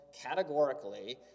categorically